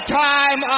time